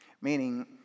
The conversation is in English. meaning